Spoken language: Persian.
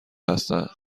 هستند